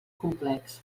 complex